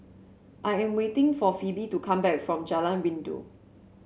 I am waiting for Phebe to come back from Jalan Rindu